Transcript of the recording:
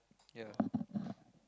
ya